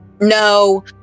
No